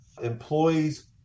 employees